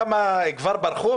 אנחנו רוצים למנוע את ההפגנות,